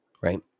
Right